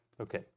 Okay